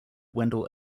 wendell